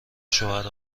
شوهر